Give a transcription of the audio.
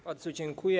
Bardzo dziękuję.